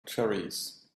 cherries